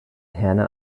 herne